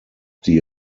die